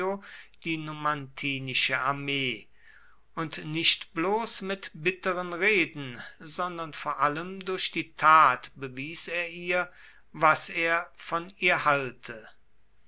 die numantinische armee und nicht bloß mit bitteren reden sondern vor allem durch die tat bewies er ihr was er von ihr halte